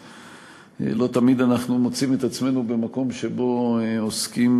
לא תמיד אנחנו מוצאים את עצמנו במקום שבו עוסקים